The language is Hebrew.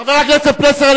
חבר הכנסת פלסנר,